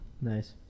Nice